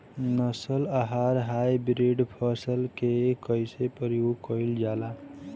नस्ल आउर हाइब्रिड फसल के कइसे प्रयोग कइल जाला?